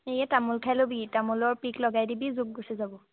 এই তামোল খাই ল'বি তামোলৰ পিক লগাই দিবি জোক গুচি যাব